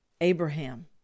Abraham